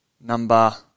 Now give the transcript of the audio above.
number